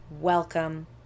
Welcome